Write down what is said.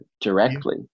directly